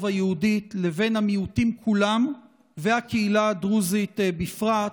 היהודית לבין המיעוטים כולם והקהילה הדרוזית בפרט,